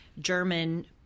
German